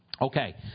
Okay